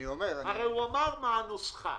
הרי הוא אמר מה הנוסחה.